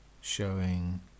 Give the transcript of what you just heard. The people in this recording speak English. showing